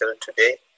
today